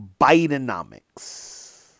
Bidenomics